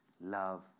love